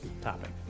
topic